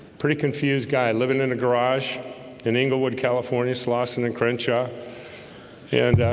pretty confused guy living in a garage in inglewood, california slauson and crenshaw and